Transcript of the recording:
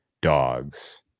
dogs